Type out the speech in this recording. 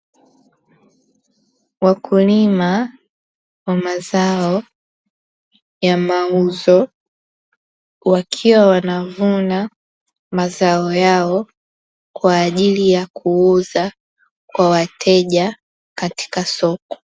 Wakulima wa mazao ya mauzo, wakiwa wanavuna mazao yao kwaajili ya kuuza kwa wateja katika soko.